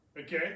Okay